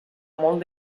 molt